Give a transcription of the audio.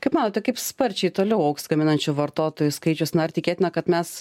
kaip manote kaip sparčiai toliau augs gaminančių vartotojų skaičius na ar tikėtina kad mes